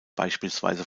beispielsweise